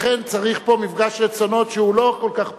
לכן צריך פה מפגש רצונות, שהוא לא כל כך פשוט,